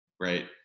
right